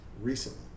Recently